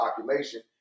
population